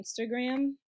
Instagram